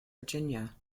virginia